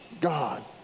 God